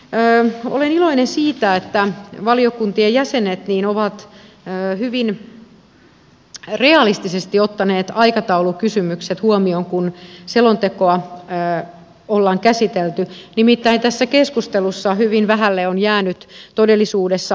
ensinnäkin olen iloinen siitä että valiokuntien jäsenet ovat hyvin realistisesti ottaneet aikataulukysymykset huomioon kun selontekoa on käsitelty nimittäin tässä keskustelussa hyvin vähälle ovat jääneet todellisuudessa aikataulukysymykset